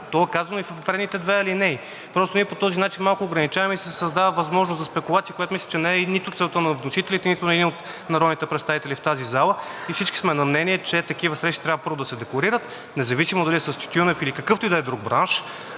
то е казано и в предните две алинеи. Просто ние по този начин малко ограничаваме и се създава възможност за спекулация, която мисля, че не е нито целта на вносителите, нито на един от народните представители в тази зала. Всички сме на мнение, че такива срещи трябва, първо, да се декларират независимо дали е с тютюнев , или какъвто да е друг бранш,